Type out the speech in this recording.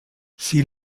sie